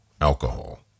alcohol